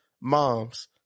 mom's